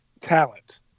talent